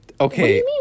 Okay